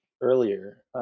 earlier